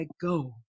go